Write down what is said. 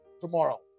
tomorrow